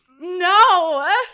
No